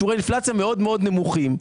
שיעורי אינפלציה מאוד נמוכים.